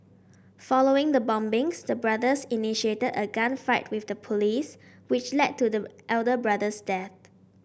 following the bombings the brothers initiated a gunfight with the police which led to the elder brother's death